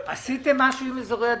עשיתם משהו בממשלה עם אזורי עדיפות?